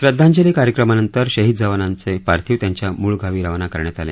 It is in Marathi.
श्रद्धांजली कार्यक्रमानंतर शहीद जवानांचे पार्थिव त्यांच्या मूळ गावी रवाना करण्यात आले